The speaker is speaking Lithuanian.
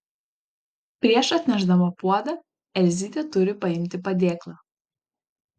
prieš atnešdama puodą elzytė turi paimti padėklą